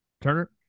Turner